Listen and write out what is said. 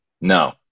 No